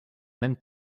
même